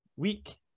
week